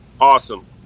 awesome